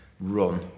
run